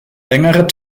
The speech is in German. längere